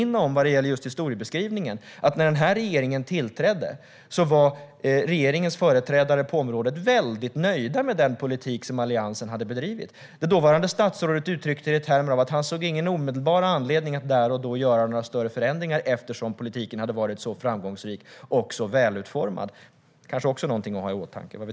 När det gäller historiebeskrivningen ska jag påminna om att när denna regering tillträdde var regeringens företrädare på området mycket nöjda med den politik som Alliansen hade bedrivit. Det dåvarande statsrådet uttryckte det i termer av att han inte såg någon omedelbar anledning att där och då göra några större förändringar eftersom politiken hade varit så framgångsrik och välutformad. Det är kanske något att ha i åtanke.